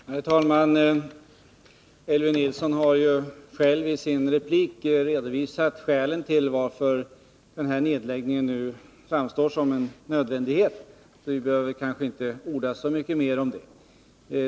Herr talman! Elvy Nilsson har själv i sitt anförande redovisat skälen till att den här nedläggningen framstår som nödvändig, och vi behöver kanske inte orda så mycket mer om det.